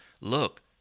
look